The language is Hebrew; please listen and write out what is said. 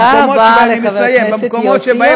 תודה רבה לחבר הכנסת יוסי יונה.